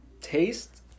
taste